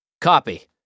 Copy